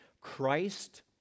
Christ